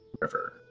river